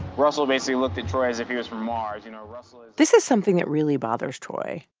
russell basically looked at troy as if he was from mars. you know, russell is. this is something that really bothers troy,